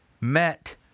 met